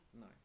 No